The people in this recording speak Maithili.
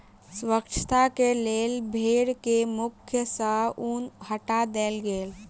स्वच्छता के लेल भेड़ के मुख सॅ ऊन हटा देल गेल